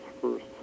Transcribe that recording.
first